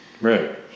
right